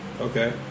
okay